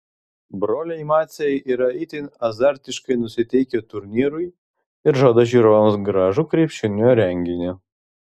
broliai maciai yra itin azartiškai nusiteikę turnyrui ir žada žiūrovams gražų krepšinio reginį